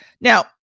Now